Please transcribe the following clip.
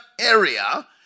area